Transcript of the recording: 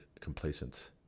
complacent